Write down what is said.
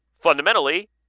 Fundamentally